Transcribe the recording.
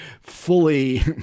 fully